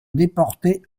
déporté